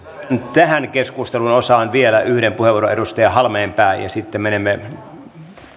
tähän keskustelun osaan vielä yhden puheenvuoron edustaja halmeenpää ja sitten menemme